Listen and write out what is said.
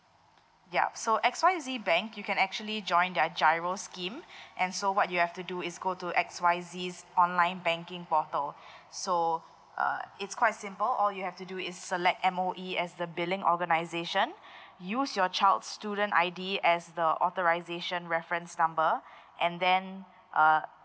yup so X Y Z bank you can actually join their GIRO scheme and so what you have to do is go to X Y Z's online banking portal so uh it's quite simple all you have to do is select M_O_E as the billing organisation use your child's student I_D as the authorisation reference number and then err